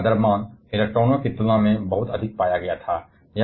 और नाभिक का द्रव्यमान इलेक्ट्रॉनों की तुलना में बहुत अधिक पाया गया था